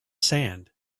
sand